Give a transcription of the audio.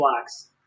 blocks